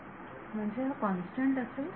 विद्यार्थी म्हणजे हा कॉन्स्टंट असेल